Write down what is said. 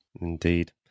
Indeed